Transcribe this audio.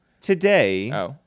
Today